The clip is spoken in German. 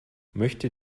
möchte